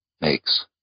makes